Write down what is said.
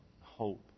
hope